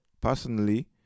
Personally